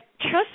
trust